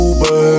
Uber